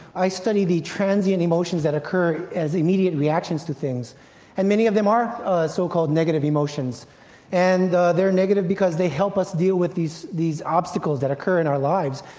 i study the transient emotions that occur as immediate reactions to things and many of them are so-called negative emotions and they are negative because they help us deal with these these obstacles that occur in our lives.